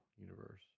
Universe